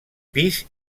pis